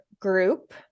group